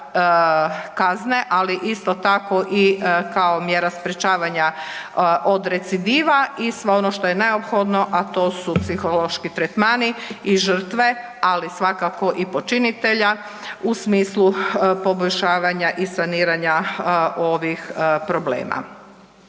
ali isto tako i kao mjera sprječavanja od recidiva i sve ono što je neophodno, a to su psihološki tretmani i žrtve, ali svakako i počinitelja u smislu poboljšavanja i saniranja ovih problema.